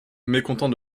mécontent